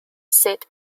syd